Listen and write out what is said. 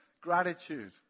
gratitude